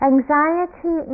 Anxiety